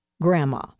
grandma